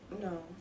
No